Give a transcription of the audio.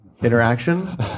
Interaction